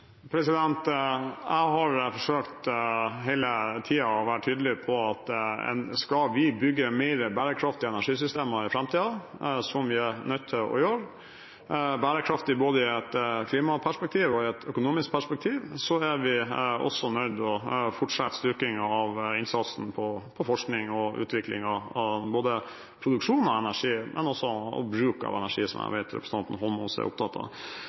Jeg har hele tiden forsøkt å være tydelig på at hvis vi skal bygge mer bærekraftige energisystemer – både i et klimaperspektiv og i et økonomisk perspektiv – i framtiden, noe som vi er nødt til å gjøre, er vi nødt til å fortsette styrkingen av innsatsen på forskning og utvikling av både produksjon av energi og bruk av energi, som jeg vet at representanten Eidsvoll Holmås er opptatt av.